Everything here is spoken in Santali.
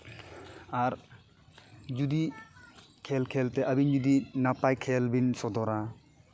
ᱟᱨ ᱡᱩᱫᱤ ᱠᱷᱮᱞ ᱠᱷᱮᱞᱛᱮ ᱟᱹᱵᱤᱱ ᱡᱩᱫᱤ ᱱᱟᱯᱟᱭ ᱠᱷᱮᱞ ᱵᱤᱱ ᱥᱚᱫᱚᱨᱟ